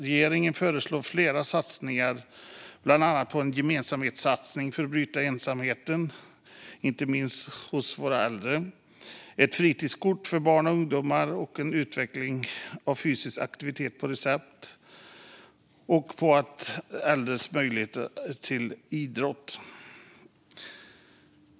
Regeringen föreslår flera satsningar, bland annat en gemensamhetssatsning för att bryta ensamheten inte minst hos äldre, ett fritidskort för barn och ungdomar, en utveckling av fysisk aktivitet på recept och en satsning på äldres möjlighet till idrott.